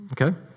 okay